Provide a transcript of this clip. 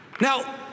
Now